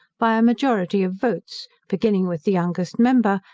by a majority of votes, beginning with the youngest member,